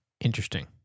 Interesting